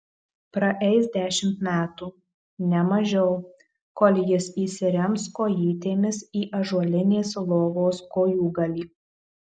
praeis dešimt metų ne mažiau kol jis įsirems kojytėmis į ąžuolinės lovos kojūgalį